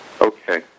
Okay